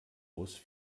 aus